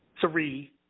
three